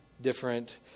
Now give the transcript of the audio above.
different